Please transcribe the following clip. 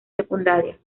secundaria